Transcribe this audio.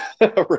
right